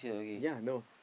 yea no